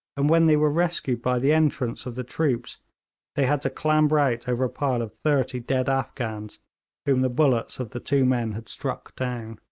and when they were rescued by the entrance of the troops they had to clamber out over a pile of thirty dead afghans whom the bullets of the two men had struck down.